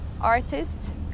artist